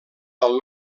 del